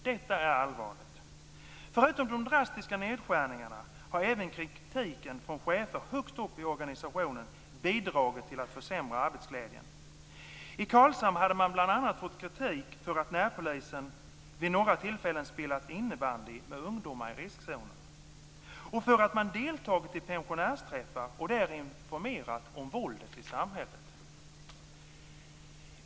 Detta är allvarligt. Förutom de drastiska nedskärningarna har även kritiken från chefer högt upp i organisationen bidragit till att försämra arbetsglädjen. I Karlshamn hade man bl.a. fått kritik för att närpolisen vid några tillfällen spelat innebandy med ungdomar i riskzonen och för att man deltagit i pensionärsträffar och där informerat om våldet i samhället.